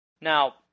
Now